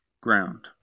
ground